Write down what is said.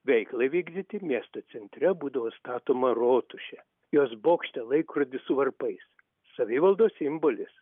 veiklai vykdyti miesto centre būdavo statoma rotušė jos bokšte laikrodis su varpais savivaldos simbolis